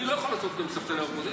לא יכול לעשות אותו מספסלי האופוזיציה.